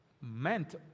meant